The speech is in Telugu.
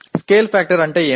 స్కేల్ ఫాక్టర్ అంటే ఏమిటి